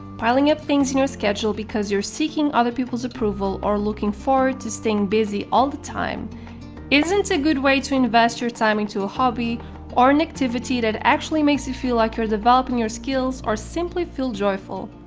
piling up things in your schedule because you're seeking other people's approval or looking forward to staying busy all the time isn't a good way to invest your time into a hobby or an activity that actually makes you feel like you're developing your skills or simply feel joyful.